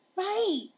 Right